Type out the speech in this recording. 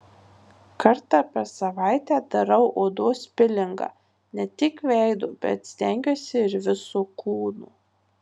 kartą per savaitę darau odos pilingą ne tik veido bet stengiuosi ir viso kūno